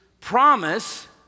promise